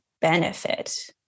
benefit